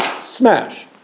Smash